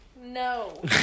No